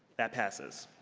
that passes.